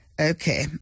Okay